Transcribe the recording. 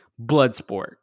Bloodsport